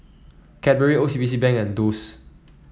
Cadbury O C B C Bank and Doux